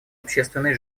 общественной